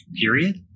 period